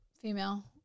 female